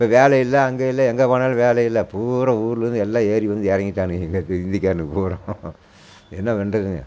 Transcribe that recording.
இப்போ வேலை இல்லை அங்கே இல்லை எங்கே போனாலும் வேலை இல்லை பூரா ஊரிலேருந்து எல்லாம் ஏறி வந்து இறங்கிட்டானுங்க எங்கே இருக்கற ஹிந்திக்காரனுங்க பூரா என்ன பண்ணுறதுங்க